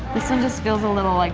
this one just feels a little, like